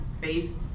based